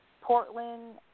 Portland